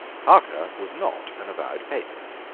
parker was not an avowed papist.